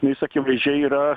jis akivaizdžiai yra